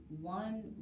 one